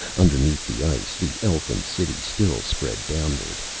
underneath the ice, the elfin city still spread downward.